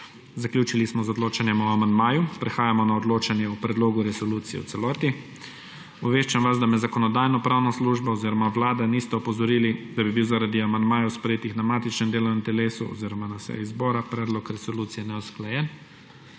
Zaključili smo odločanje o amandmaju. Prehajamo na odločanje o predlogu resolucije v celoti. Obveščam vas, da me Zakonodajno-pravna služba oziroma Vlada nista opozorili, da bi bil zaradi amandmajev, sprejetih na matičnem delovnem telesu oziroma na seji zbora, predlog resolucije neusklajen.